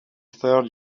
third